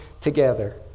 together